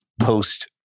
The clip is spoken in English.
post